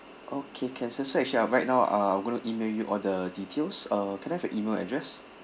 okay can sir so actually I right now uh I'm going to email you all the details uh can I have your email address